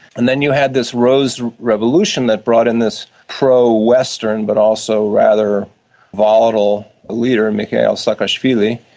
and then you had this rose revolution that brought in this pro-western but also rather volatile leader, mikheil saakashvili.